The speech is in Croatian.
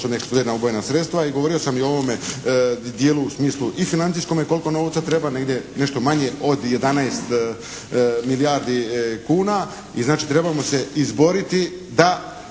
se ne razumije./… I govorio sam i ovome dijelu u smislu i financijskome koliko novca treba, negdje nešto manje od 11 milijardi kuna i znači trebamo se izboriti da